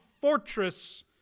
fortress